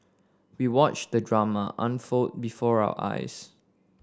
we watched the drama unfold before our eyes